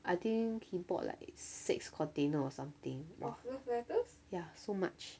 I think he bought like six container or something !wah! ya so much